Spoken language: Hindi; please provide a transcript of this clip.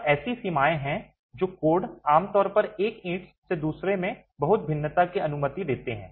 और ऐसी सीमाएं हैं जो कोड आमतौर पर एक ईंट से दूसरे में बहुत भिन्नता की अनुमति देती हैं